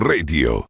Radio